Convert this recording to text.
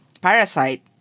parasite